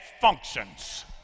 functions